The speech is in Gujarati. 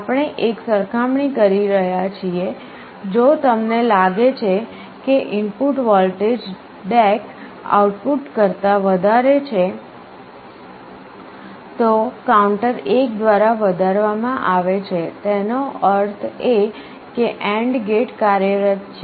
આપણે એક સરખામણી કરી રહ્યા છીએ જો તમને લાગે કે ઇનપુટ વોલ્ટેજ DAC આઉટપુટ કરતા વધારે છે તો કાઉન્ટર 1 દ્વારા વધારવામાં આવે છે તેનો અર્થ એ કે AND ગેટ કાર્યરત છે